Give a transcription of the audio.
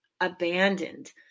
abandoned